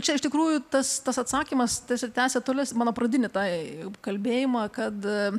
čia iš tikrųjų tas tas atsakymas tęs tęsia toliau mano pradinį tą kalbėjimą kad